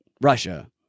Russia